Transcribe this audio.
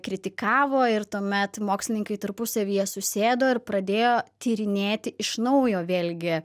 kritikavo ir tuomet mokslininkai tarpusavyje susėdo ir pradėjo tyrinėti iš naujo vėlgi